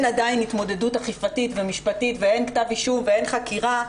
עדיין התמודדות אכיפתית ומשפטית ואין כתב אישום ואין חקירה,